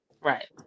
right